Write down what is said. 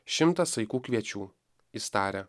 šimtą saikų kviečių jis taria